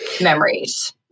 memories